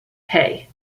hey